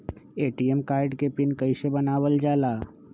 ATM card के PIN कैसे बनावल जाला?